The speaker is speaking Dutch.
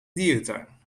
dierentuin